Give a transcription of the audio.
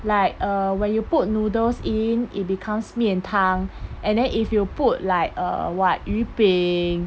like err when you put noodles in it becomes 面汤 and then if you put like err what 鱼饼